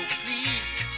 please